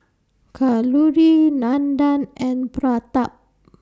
Kalluri Nandan and Pratap